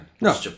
No